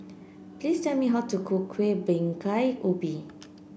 please tell me how to cook Kueh Bingka Ubi